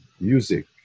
music